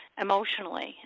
emotionally